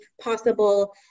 possible